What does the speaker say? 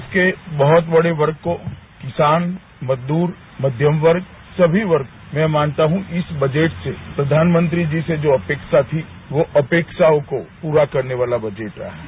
देश के बहुत बड़े वर्ग को किसान मजदूर मध्यम वर्ग सभी वर्ग मैं मानता हूं इस बजट से प्रधानमंत्री जी से जो अपेक्षा थी वो अपेक्षाओं को पूरा करने वाला बजट रहा है